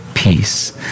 peace